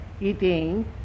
eating